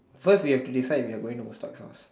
first you have to decide if we are going start off